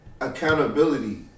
Accountability